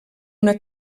una